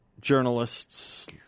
journalists